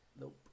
Nope